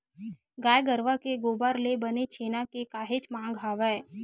गाय गरुवा के गोबर ले बने छेना के काहेच मांग हवय